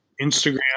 Instagram